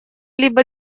либо